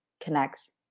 connects